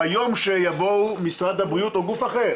ביום שיבוא משרד הבריאות או גוף אחר,